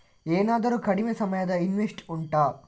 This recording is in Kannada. ಏನಾದರೂ ಕಡಿಮೆ ಸಮಯದ ಇನ್ವೆಸ್ಟ್ ಉಂಟಾ